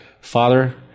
Father